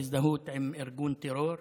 בהזדהות עם ארגון טרור,